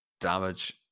damage